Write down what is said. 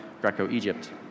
Greco-Egypt